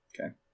Okay